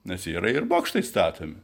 nes yra ir bokštai statomi